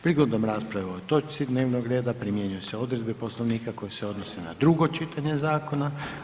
Prigodom rasprave o ovoj točci dnevnog reda primjenjuju se odredbe Poslovnika koje se odnose na drugo čitanje zakona.